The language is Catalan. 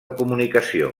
comunicació